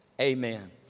Amen